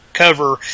cover